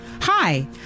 Hi